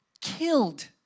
killed